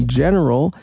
general